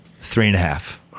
three-and-a-half